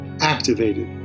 activated